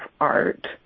art